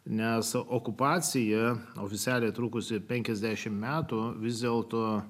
nesą okupacija oficialiai trukusi penkiasdešim metų vis dėlto